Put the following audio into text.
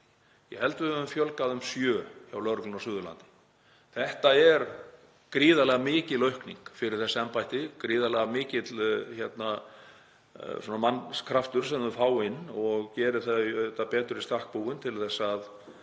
ég held að við höfum fjölgað um sjö hjá lögreglunni á Suðurlandi. Þetta er gríðarlega mikil aukning fyrir þessi embætti, gríðarlega mikill mannkraftur sem þau fá inn og gerir þau auðvitað betur í stakk búin til að